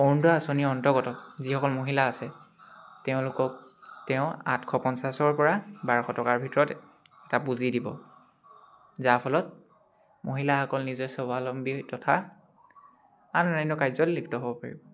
অৰুণোদয় আঁচনিৰ অন্তৰ্গত যিসকল মহিলা আছে তেওঁলোকক তেওঁ আঠশ পঞ্চাছৰ পৰা বাৰশ টকাৰ ভিতৰত এটা পুঁজি দিব যাৰ ফলত মহিলাসকল নিজে স্বাৱলম্বী তথা আন অন্যান্য কাৰ্যত লিপ্ত হ'ব পাৰিব